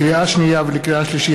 לקריאה שנייה ולקריאה שלישית,